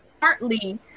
partly